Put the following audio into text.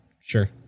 sure